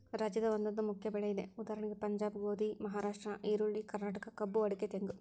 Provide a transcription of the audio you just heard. ರಾಜ್ಯದ ಒಂದೊಂದು ಮುಖ್ಯ ಬೆಳೆ ಇದೆ ಉದಾ ಪಂಜಾಬ್ ಗೋಧಿ, ಮಹಾರಾಷ್ಟ್ರ ಈರುಳ್ಳಿ, ಕರ್ನಾಟಕ ಕಬ್ಬು ಅಡಿಕೆ ತೆಂಗು